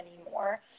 anymore